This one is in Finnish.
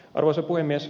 arvoisa puhemies